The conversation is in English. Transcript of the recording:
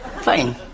Fine